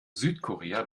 südkorea